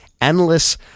endless